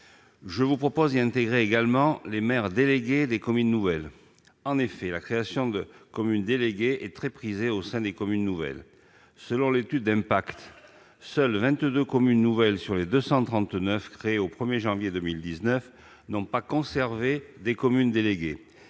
Je vous propose d'y intégrer également les maires délégués des communes nouvelles. En effet, la création de communes déléguées est très prisée au sein des communes nouvelles. Selon l'étude d'impact, seules 22 communes nouvelles sur les 239 créées au 1 janvier 2019 n'ont pas conservé des communes déléguées.